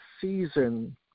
season